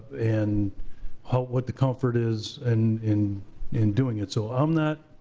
and what the comfort is and in in doing it. so i'm not,